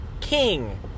king